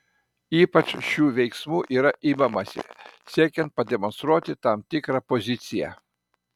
ypač šių veiksmų yra imamasi siekiant pademonstruoti tam tikrą poziciją